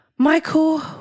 Michael